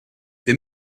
wir